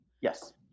yes